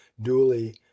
duly